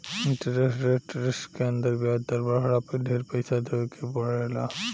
interest rate risk के अंदर ब्याज दर बाढ़ला पर ढेर पइसा देवे के पड़ेला